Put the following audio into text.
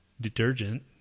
detergent